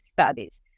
studies